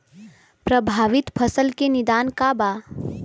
प्रभावित फसल के निदान का बा?